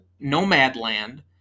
Nomadland